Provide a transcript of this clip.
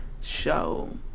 show